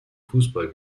fußball